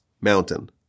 mountain